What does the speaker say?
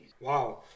Wow